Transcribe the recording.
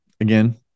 again